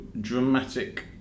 dramatic